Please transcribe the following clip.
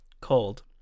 called